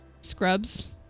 Scrubs